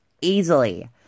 easily